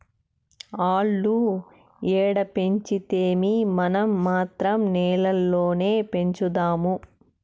ఆల్లు ఏడ పెంచితేమీ, మనం మాత్రం నేల్లోనే పెంచుదాము